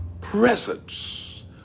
presence